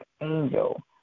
angel